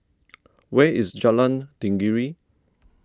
where is Jalan Tenggiri